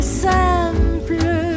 simple